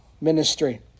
ministry